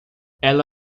ela